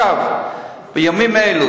בימים אלה